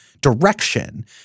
direction